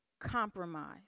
compromise